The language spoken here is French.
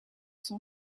son